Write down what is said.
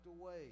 away